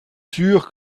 sûr